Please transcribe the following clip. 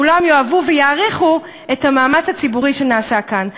כולם יאהבו ויעריכו את המאמץ הציבורי שנעשה כאן.